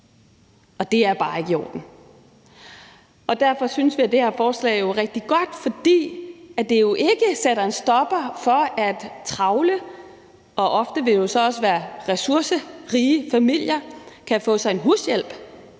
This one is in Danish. ansætter tjenestepiger. Derfor synes jeg, at det her forslag er rigtig godt, fordi det jo ikke sætter en stopper for, at travle og ofte også ressourcerige familier kan få sig en hushjælp,